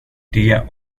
det